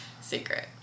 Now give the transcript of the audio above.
secret